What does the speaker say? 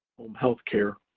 home healthcare,